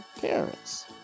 parents